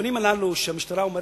שבנתונים הללו שהמשטרה אומרת,